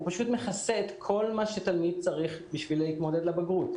הוא פשוט מכסה את כל מה שתלמיד צריך בשביל להתמודד לבגרות,